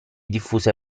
diffuse